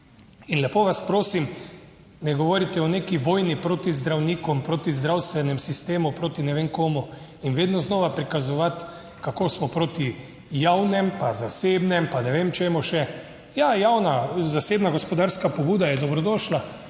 In lepo vas prosim, ne govorite o neki vojni proti zdravnikom, proti zdravstvenemu sistemu, proti ne vem komu in vedno znova prikazovati, kako smo proti javnemu pa zasebnem pa ne vem čemu še. Ja, javna, zasebna gospodarska pobuda je dobrodošla,